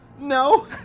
No